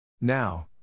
Now